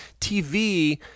tv